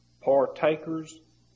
partakers